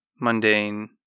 mundane